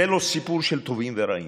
זה לא סיפור של טובים ורעים,